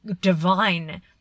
divine